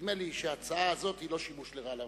נדמה לי שההצעה הזאת היא לא שימוש לרעה בתקנון.